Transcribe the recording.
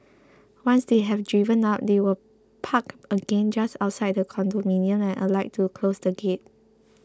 once they have driven out they will park again just outside the condominium and alight to close the gate